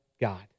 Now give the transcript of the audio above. God